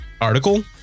article